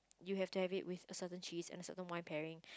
you have to have it with a certain cheese and a certain wine pairing